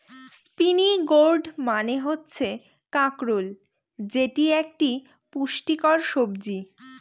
spiny gourd মানে হচ্ছে কাঁকরোল যেটি একটি পুষ্টিকর সবজি